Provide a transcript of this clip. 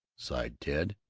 sighed ted.